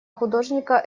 художника